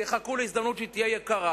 ויחכו להזדמנות שהיא תהיה יקרה.